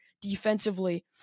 defensively